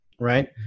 Right